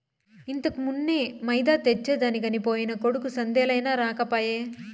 ఇంతకుమున్నే మైదా తెచ్చెదనికి పోయిన కొడుకు సందేలయినా రాకపోయే